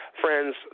Friends